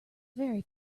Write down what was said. very